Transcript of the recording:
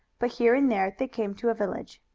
but here and there they came to a village.